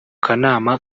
kanama